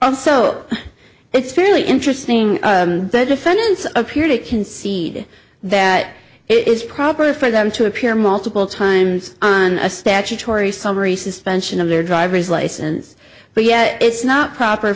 also it's fairly interesting that defendants appear to concede that it is proper for them to appear multiple times on a statutory summary suspension of their driver's license but yet it's not proper